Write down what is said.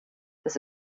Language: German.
das